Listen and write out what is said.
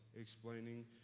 explaining